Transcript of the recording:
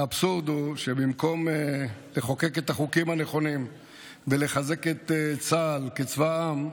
האבסורד הוא שבמקום לחוקק את החוקים הנכונים ולחזק את צה"ל כצבא העם,